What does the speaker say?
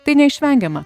tai neišvengiama